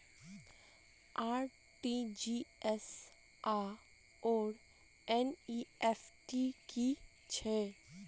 RTGS आओर NEFT की छैक?